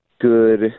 good